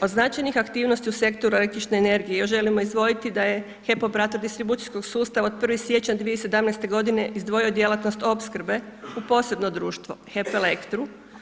Od značajnih aktivnosti u sektoru električne energije još želimo izdvojiti da je HEP operator distribucijskog sustava od 1. siječnja 2017. izdvojio djelatnost opskrbe u posebno društvo, HEP Elektru.